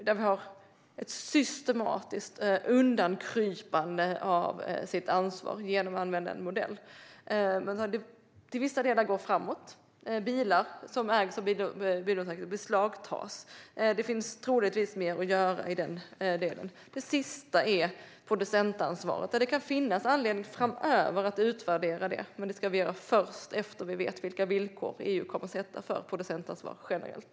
Vi ser att man systematiskt kryper undan ansvar genom att använda den modellen. Arbetet går till viss del framåt - bilar som ägs av bilmålvakter beslagtas. Det finns troligtvis mer att göra i den delen. Det sista är producentansvaret. Det kan finnas anledning att utvärdera det framöver, men det ska vi göra först när vi vet vilka villkor EU kommer att sätta för producentansvar generellt.